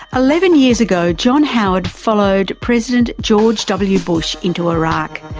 eleven years ago john howard followed president george w bush into iraq.